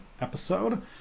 episode